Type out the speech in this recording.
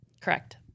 Correct